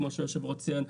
כמו שהיו"ר ציין,